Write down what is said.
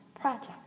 project